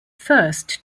first